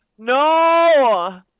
No